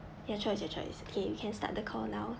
your choice your choice okay we can start the call now